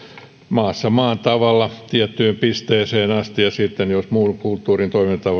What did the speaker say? maassa maan tavalla tiettyyn pisteeseen asti ja sitten jos muun kulttuurin toimintatavoista ei ole erityistä haittaa niin kai sekin sitten